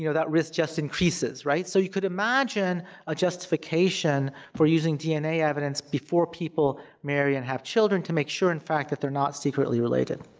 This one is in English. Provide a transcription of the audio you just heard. you know that risk just increases. so you could imagine a justification for using dna evidence before people marry and have children to make sure, in fact, that they're not secretly related.